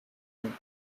him